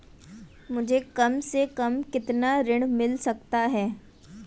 मुझे कम से कम कितना ऋण मिल सकता है?